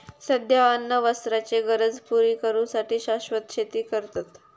सध्या अन्न वस्त्राचे गरज पुरी करू साठी शाश्वत शेती करतत